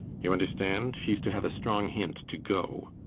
you understand she's to have a strong hint to go.